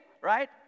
right